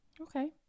okay